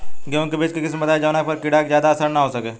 गेहूं के बीज के किस्म बताई जवना पर कीड़ा के ज्यादा असर न हो सके?